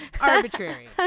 arbitrary